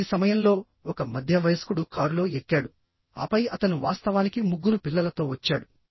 ఈ సమయంలో ఒక మధ్య వయస్కుడు కారులో ఎక్కాడు ఆపై అతను వాస్తవానికి ముగ్గురు పిల్లలతో వచ్చాడు